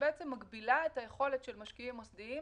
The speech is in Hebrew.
קרן הפנסיה של המשקיעים בקליפורניה,